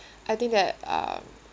I think that uh